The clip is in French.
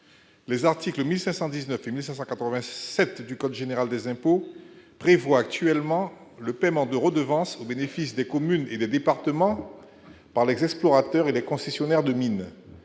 Les articles 1519 et 1587 du code général des impôts prévoient actuellement le paiement de redevances au bénéfice des communes et des départements par les explorateurs et les concessionnaires de mines.